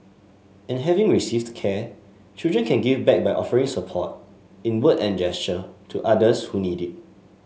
and having received care children can give back by offering support in word and gesture to others who need it